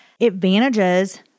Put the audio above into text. advantages